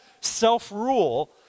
self-rule